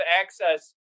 access